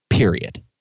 period